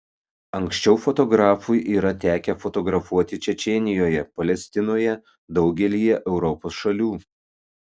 anksčiau fotografui yra tekę fotografuoti čečėnijoje palestinoje daugelyje europos šalių